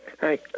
Hi